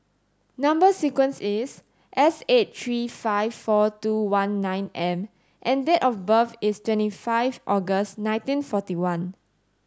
number sequence is S eight three five four two one nine M and date of birth is twenty five August nineteen forty one